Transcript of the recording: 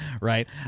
right